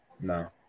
No